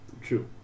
True